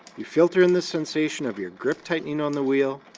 you filter in the sensation of your grip tightening on the wheel,